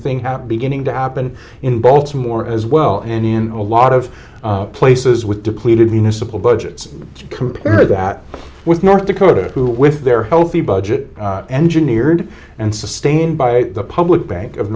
thing happen beginning to happen in baltimore as well and in a lot of places with depleted municipal budgets compare that with north dakota who with their healthy budget engineered and sustained by the public bank of